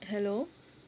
hello